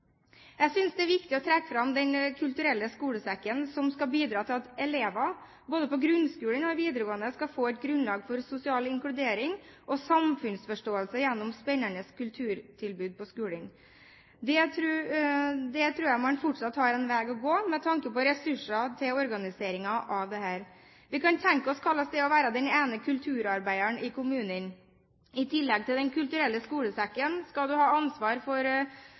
Jeg synes det er viktig å trekke fram Den kulturelle skolesekken, som skal bidra til at elever både på grunnskolen og i videregående skal få et grunnlag for sosial inkludering og samfunnsforståelse gjennom spennende kulturtilbud på skolen. Her tror jeg man fortsatt har en veg i å gå med tanke på ressurser til organiseringen av dette. Vi kan tenke oss hvordan det er å være den ene kulturarbeideren i kommunen. I tillegg til Den kulturelle skolesekken skal du ha ansvar for